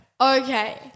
Okay